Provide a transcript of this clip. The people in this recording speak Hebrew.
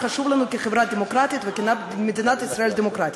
הוא חשוב לנו כחברה דמוקרטית וכמדינת ישראל דמוקרטית.